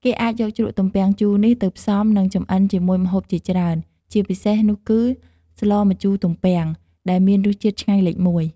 គេអាចយកជ្រក់ទំពាំងជូរនេះទៅផ្សំ និងចម្អិនជាមួយម្ហូបជាច្រើន ជាពិសេសនោះគឺ ស្លម្ជូរទំពាំង ដែលមានរសជាតិឆ្ងាញ់លេខ១។